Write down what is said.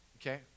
okay